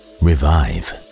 revive